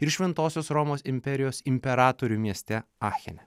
ir šventosios romos imperijos imperatorių mieste achene